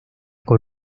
con